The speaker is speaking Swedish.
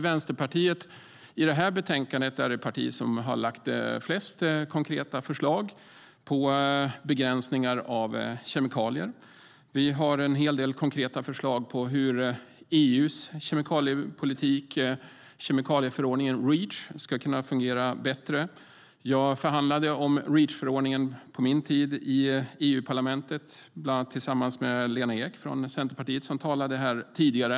Vänsterpartiet är det parti som, i det här betänkandet, har lagt fram flest konkreta förslag på begränsningar av kemikalier. Vi har en hel del konkreta förslag på hur EU:s kemikaliepolitik, kemikalieförordningen Reach, ska kunna fungera bättre. Jag förhandlade om Reachförordningen under min tid i EU-parlamentet, bland annat tillsammans med Lena Ek från Centerpartiet som talade här tidigare.